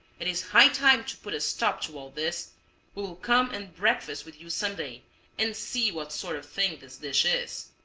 it is high time to put a stop to all this. we will come and breakfast with you some day and see what sort of thing this dish is.